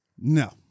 No